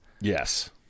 yes